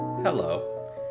Hello